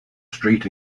street